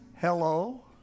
hello